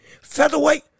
Featherweight